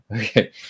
Okay